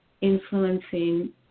influencing